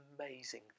amazing